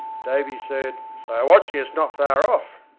davy said they are watching us not far off.